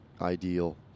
ideal